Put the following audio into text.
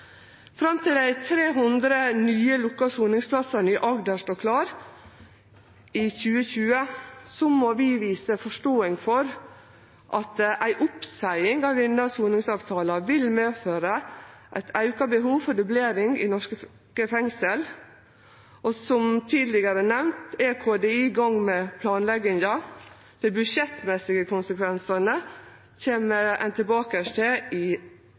Fram til dei 300 nye lukka soningsplassane i Agder står klare i 2020, må vi vise forståing for at ei oppseiing av denne soningsavtala vil medføre eit auka behov for dublering i norske fengsel, og – som tidlegare nemnt – er KDI i gang med planlegginga. Dei budsjettmessige konsekvensane kjem ein tilbake til i